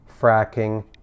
fracking